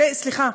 סליחה,